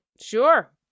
Sure